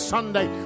Sunday